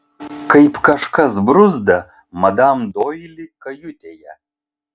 kaip kažkas bruzda madam doili kajutėje